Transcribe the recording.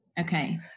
Okay